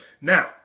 Now